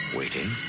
waiting